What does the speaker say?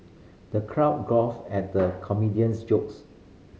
the crowd guffawed at the comedian's jokes